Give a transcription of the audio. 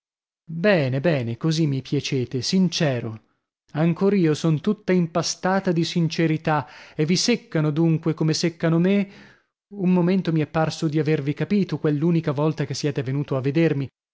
bene bene così mi piacete sincero ancor io son tutta impastata di sincerità e vi seccano dunque come seccano me un momento mi è parso di avervi capito quell'unica volta che siete venuto a vedermi